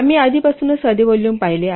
आम्ही आधीपासून साधे व्हॉल्युम पाहिले आहेत